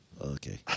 Okay